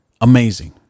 amazing